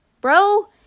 Bro